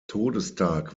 todestag